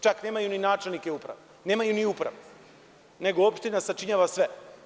Čak nemaju ni načelnike uprave, nemaju ni upravu, nego opština sačinjava sve.